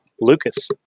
Lucas